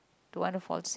don't want to fall sick